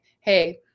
hey